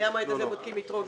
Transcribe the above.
מהמועד הזה בודקים יתרות.